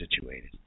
situated